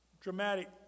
Dramatic